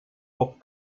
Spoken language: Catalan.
poc